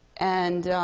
and